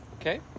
Okay